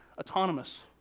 autonomous